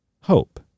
hope